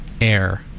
Air